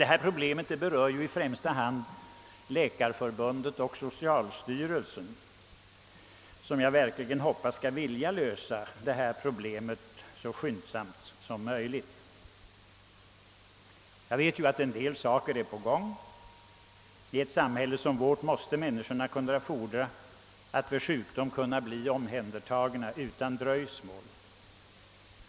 Detta problem berör emellertid i första hand Sveriges läkarförbund och socialstyrelsen, som jag hoppas verkligen vill lösa det så skyndsamt som möjligt. Jag vet att en utveckling är på gång. I ett samhälle som vårt måste människorna kunna kräva att vid sjukdom bli omhändertagna utan dröjsmål.